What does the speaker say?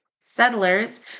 settlers